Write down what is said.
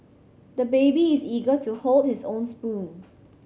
the baby is eager to hold his own spoon